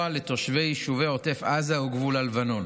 לתושבי יישובי עוטף עזה וגבול הלבנון.